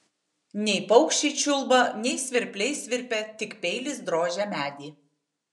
nei paukščiai čiulba nei svirpliai svirpia tik peilis drožia medį